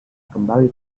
kembali